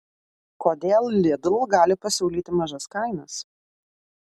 kodėl lidl gali pasiūlyti mažas kainas